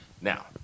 Now